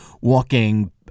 walking